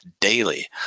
daily